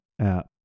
app